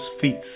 feats